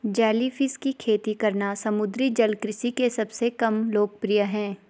jellyfish की खेती करना समुद्री जल कृषि के सबसे कम लोकप्रिय है